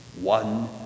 one